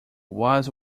was